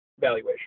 valuation